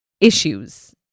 issues